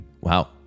Wow